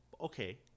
Okay